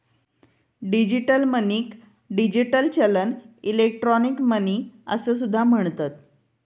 digital मनीक digital चलन, electronic money असो सुद्धा म्हणतत